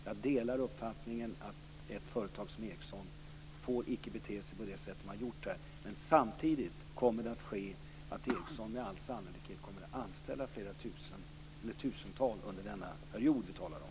Jag delar uppfattningen att ett företag som Ericsson icke får bete sig på det sätt man har gjort här. Men samtidigt kommer Ericsson med all sannolikhet att anställa ett tusental personer under den period som vi talar om.